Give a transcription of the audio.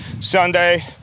Sunday